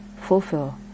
fulfill